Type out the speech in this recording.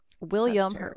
William